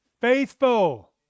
faithful